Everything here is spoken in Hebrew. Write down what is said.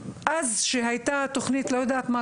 אז שהיתה התוכנית למשל שאני לא יודעת היום מה